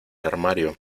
armario